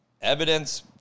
evidence